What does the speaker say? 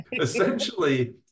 Essentially